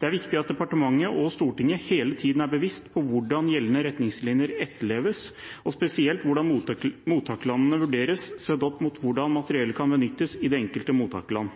Det er viktig at departementet og Stortinget hele tiden er bevisst på hvordan gjeldende retningslinjer etterleves og spesielt hvordan mottakerland vurderes sett opp mot hvordan materiellet kan benyttes i det enkelte mottakerland.